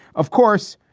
of course,